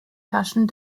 taschen